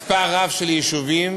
מספר רב של יישובים,